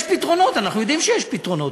יש פתרונות, אנחנו יודעים שיש פתרונות.